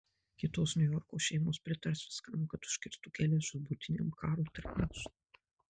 kitos niujorko šeimos pritars viskam kad užkirstų kelią žūtbūtiniam karui tarp mūsų